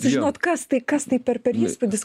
sužinot kas tai kas tai per per įspūdis